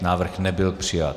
Návrh nebyl přijat.